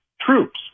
troops